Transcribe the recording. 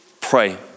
pray